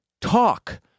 talk